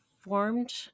formed